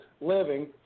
living